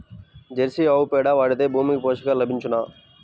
Jersey ఆవు పేడ వాడితే భూమికి పోషకాలు లభించునా?